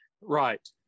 right